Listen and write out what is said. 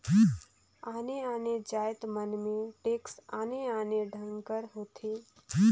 आने आने जाएत मन में टेक्स आने आने ढंग कर होथे